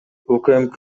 укмк